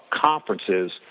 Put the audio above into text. conferences